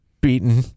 beaten